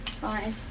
bye